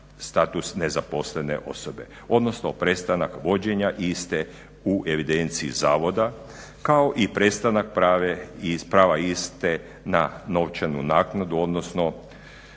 nezaposlene osobe odnosno prestanak vođenja iste u evidenciji zavoda kao i prestanak prava i iste na novčanu naknadu odnosno